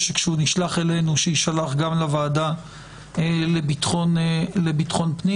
שכשהוא נשלח אלינו שישלח גם לוועדה לביטחון פנים.